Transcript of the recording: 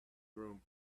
groom